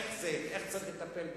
איך זה, איך צריך לטפל בזה?